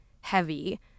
heavy